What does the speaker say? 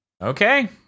okay